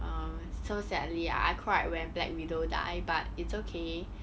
uh so sadly I cried when black widow die but it's okay